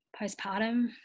postpartum